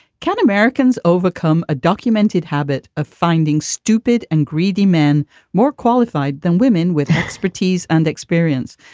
can americans overcome a documented habit of finding stupid and greedy men more qualified than women with expertise and experience?